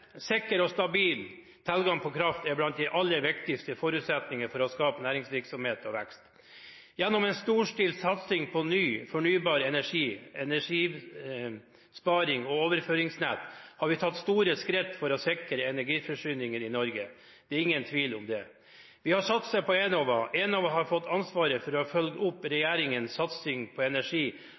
Sikker og stabil tilgang på kraft er blant de aller viktigste forutsetningene for å skape næringsvirksomhet og vekst. Gjennom en storstilt satsing på ny fornybar energi, energisparing og overføringsnett har vi tatt store skritt for å sikre energiforsyningen i Norge. Det er ingen tvil om det. Vi har satset på Enova. Enova har fått ansvaret for å følge opp regjeringens satsing på energi-